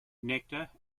nectar